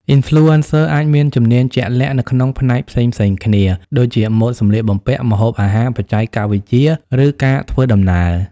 Influencers អាចមានជំនាញជាក់លាក់នៅក្នុងផ្នែកផ្សេងៗគ្នា ដូចជាម៉ូដសម្លៀកបំពាក់ ម្ហូបអាហារ បច្ចេកវិទ្យា ឬការធ្វើដំណើរ។